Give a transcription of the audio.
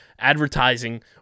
Advertising